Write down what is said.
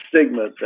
stigma